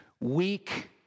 Weak